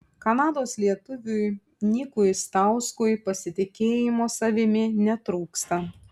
kanados lietuviui nikui stauskui pasitikėjimo savimi netrūksta